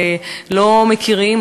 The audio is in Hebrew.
לא מכירים,